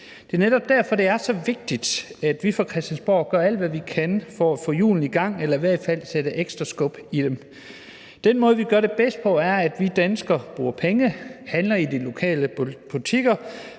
Det er netop derfor, det er så vigtigt, at vi fra Christiansborg gør alt, hvad vi kan, for at få hjulene i gang eller i hvert fald sætte ekstra skub i dem. Den måde, vi gør det bedst på, er, at vi danskere bruger penge, handler i de lokale butikker,